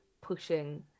pushing